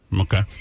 Okay